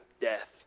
death